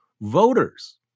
voters